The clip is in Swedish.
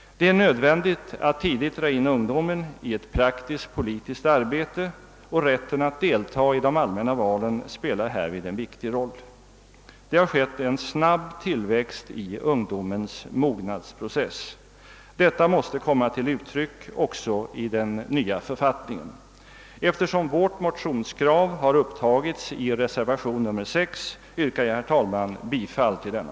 Det är nödvändigt att tidigt dra in ungdomen i ett praktiskt politiskt arbete, och rätten att delta i de allmänna valen spelar därvid en viktig roll. Det har skett en snabb tillväxt i ungdomens mognadsprocess. Detta måste komma till uttryck också i den nya författningen. Eftersom vårt motionskrav upptagits i reservationen nr 6, yrkar jag bifall till denna.